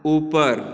ऊपर